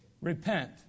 Repent